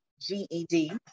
GED